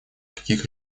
каких